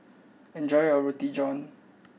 enjoy your Roti John